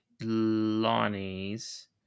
Lonnie's